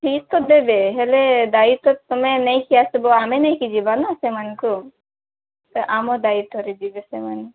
fees ତ ଦେବେ ହେଲେ ଦାଇତ୍ୱ ତୁମେ ନେଇକି ଆସିବ ଆମେ ନେଇକି ଯିବା ନା ସେମାନଙ୍କୁ ତ ଆମ ଦାୟିତ୍ୱରେ ଯିବେ ସେମାନେ